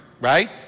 right